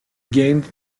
gained